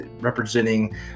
representing